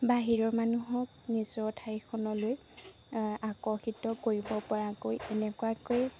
বাহিৰৰ মানুহক নিজৰ ঠাইখনলৈ আকৰ্ষিত কৰিবপৰাকৈ এনেকুৱাকৈ